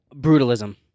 Brutalism